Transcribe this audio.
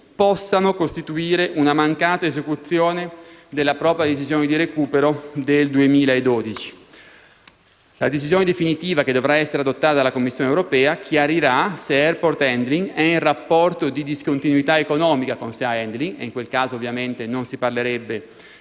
possano costituire una mancata esecuzione della propria decisione di recupero del 2012. La decisione definitiva, che dovrà essere adottata dalla Commissione europea, chiarirà se Airport Handling è in rapporto di discontinuità economica con Sea Handling ormai posta in liquidazione - in qual caso, ovviamente, non si parlerebbe